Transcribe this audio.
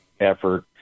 effort